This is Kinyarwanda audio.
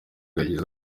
yagize